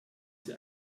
sie